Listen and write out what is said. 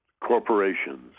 Corporations